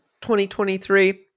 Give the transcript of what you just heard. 2023